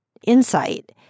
insight